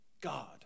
God